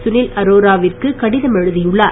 சுனில் அரோரல விற்கு கடிதம் எழுதியுள்ளார்